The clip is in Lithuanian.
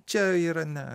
čia yra ne